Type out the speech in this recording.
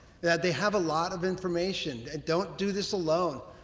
they have a lot of information and don't do this alone.